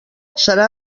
serà